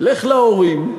לך להורים,